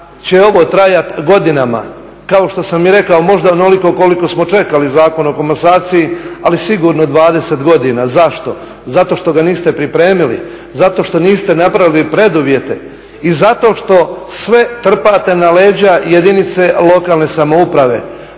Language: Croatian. će ovo trajati godinama, kao što sam i rekao, možda onoliko koliko smo čekali Zakon o komasaciji, ali sigurno 20 godina. Zašto? Zato što ga niste pripremili, zato što niste napravili preduvjete i zato što sve trpate na leđa jedinice lokalne samouprave.